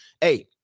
Hey